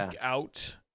out